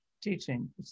teaching